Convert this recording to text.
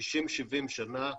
70-60 שנה,